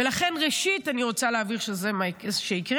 ולכן, ראשית, אני רוצה להבהיר שזה מה שיקרה.